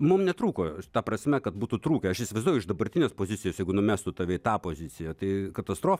mum netrūko ta prasme kad būtų trūkę aš įsivaizduoju iš dabartinės pozicijos jeigu numestų tave į tą poziciją tai katastrofa